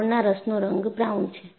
ગોળના રસનો રંગ બ્રાઉન છે